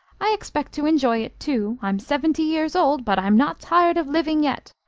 i expect to enjoy it, too i'm seventy years old, but i'm not tired of living yet.